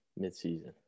midseason